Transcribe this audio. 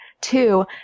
Two